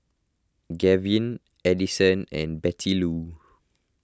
Gavyn Adison and Bettylou